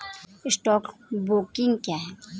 Stock broking क्या है?